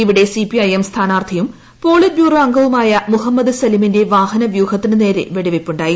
ഇവിടെ C P IM സ്ഥാനാർത്ഥിയും polit bureau അംഗവുമായ മുഹമ്മദ് സലിമിന്റെ വാഹനവ്യൂഹത്തിന് നേരെ വെടിവെയ്പ്പുണ്ടായി